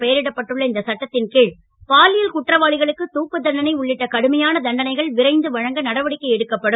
பெயரிடப்பட்டுள்ள இந்த சட்டத்தின்கீழ் பாலியல் குற்றவாளிகளுக்கு தூக்குத்தண்டனை உள்ளிட்ட கடுமையான தண்டனைகள் விரைந்து வழங்க நடவடிக்கை எடுக்கப்படும்